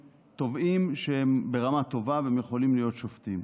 תובעים, שהם ברמה טובה, והם יכולים להיות שופטים.